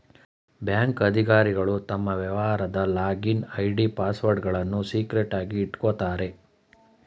bank ಅಧಿಕಾರಿಗಳು ತಮ್ಮ ವ್ಯವಹಾರದ ಲಾಗಿನ್ ಐ.ಡಿ, ಪಾಸ್ವರ್ಡ್ಗಳನ್ನು ಸೀಕ್ರೆಟ್ ಆಗಿ ಇಟ್ಕೋತಾರೆ